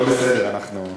הכול בסדר, אנחנו,